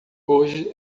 hoje